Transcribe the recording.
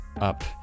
up